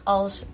als